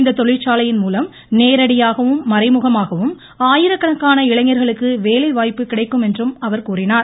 இத்தொழிற்சாலையின்மூலம் நேரடியாகவும் மறைமுகமாகவும் ஆயிரக்கணக்கான இளைஞர்களுக்கு வேலைவாய்ப்பு கிடைக்கும் என்று கூறினார்